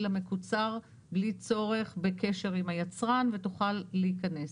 המקוצר בלי צורך בקשר עם היצרן ותוכל להיכנס.